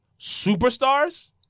superstars